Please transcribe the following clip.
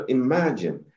imagine